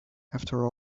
after